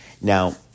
Now